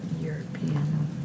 European